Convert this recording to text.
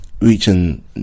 reaching